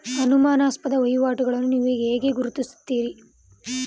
ಅನುಮಾನಾಸ್ಪದ ವಹಿವಾಟುಗಳನ್ನು ನೀವು ಹೇಗೆ ಗುರುತಿಸುತ್ತೀರಿ?